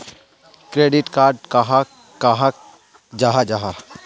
Credit card कहाक कहाल जाहा जाहा?